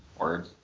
word